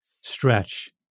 stretch